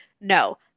No